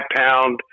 pound